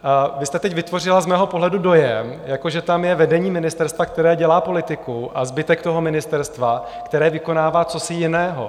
Vy jste teď vytvořila z mého pohledu dojem, že tam je vedení ministerstva, které dělá politiku, a zbytek ministerstva, které vykonává cosi jiného.